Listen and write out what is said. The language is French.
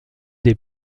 des